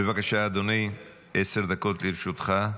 בבקשה, אדוני, עשר דקות לרשותך.